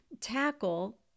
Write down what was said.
tackle